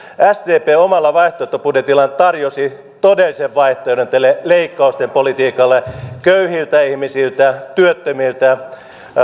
sdp omalla vaihtoehtobudjetillaan tarjosi todellisen vaihtoehdon tälle leikkausten politiikalle jossa leikataan köyhiltä ihmisiltä työttömiltä